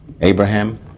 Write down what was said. Abraham